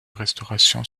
restauration